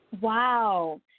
Wow